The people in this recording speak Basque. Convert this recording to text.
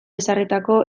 ezarritako